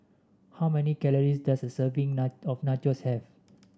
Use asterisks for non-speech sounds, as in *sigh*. how many calories does a serving *unintelligible* of Nachos have